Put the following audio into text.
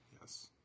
Yes